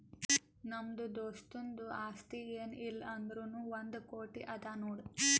ನಮ್ದು ದೋಸ್ತುಂದು ಆಸ್ತಿ ಏನ್ ಇಲ್ಲ ಅಂದುರ್ನೂ ಒಂದ್ ಕೋಟಿ ಅದಾ ನೋಡ್